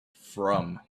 from